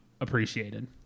appreciated